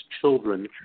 children